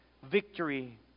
Victory